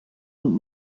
und